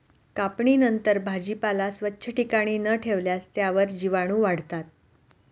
कापणीनंतर भाजीपाला स्वच्छ ठिकाणी न ठेवल्यास त्यावर जीवाणूवाढतात